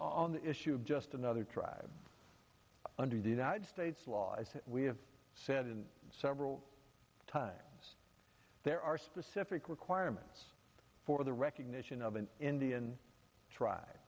on the issue of just another tribe under the united states law as we have said several times there are specific requirements for the recognition of an indian tr